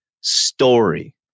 story